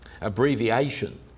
abbreviation